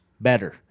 better